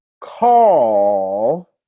call